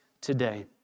today